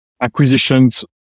acquisitions